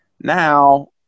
now